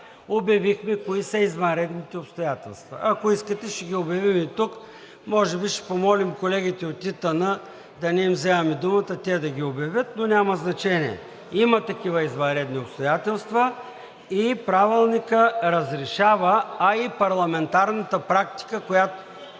обявихме кои са извънредните обстоятелства. Ако искате, ще ги обявим и тук. Може би ще помолим колегите от ИТН – да не им взимаме думата, те да ги обявят, но няма значение. Има такива извънредни обстоятелства и Правилника разрешава, а и парламентарната практика, която...